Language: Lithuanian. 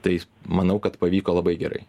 tai manau kad pavyko labai gerai